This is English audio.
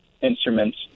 instruments